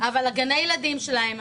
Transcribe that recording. אבל גני הילדים שלהם,